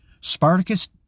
Spartacus